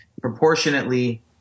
Proportionately